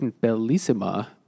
Bellissima